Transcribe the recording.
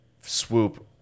swoop